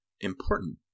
important